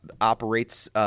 operates –